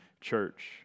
church